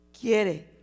quiere